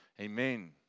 Amen